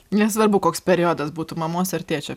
nesvarbu koks periodas būtų mamos ar tėčio